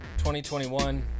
2021